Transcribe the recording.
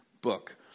book